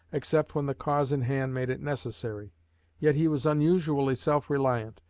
except when the cause in hand made it necessary yet he was unusually self-reliant,